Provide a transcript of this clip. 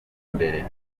mbere